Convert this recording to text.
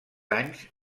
anys